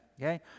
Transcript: Okay